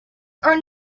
are